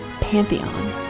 pantheon